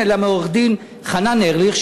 אלא מעורך-דין חנן ארליך,